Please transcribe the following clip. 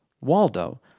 Waldo